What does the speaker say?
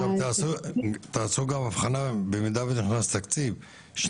עכשיו, במידה ונכנס תקציב, תעשו גם הבחנה.